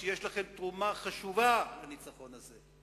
ויש לכם תרומה חשובה בניצחון הזה.